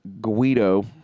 Guido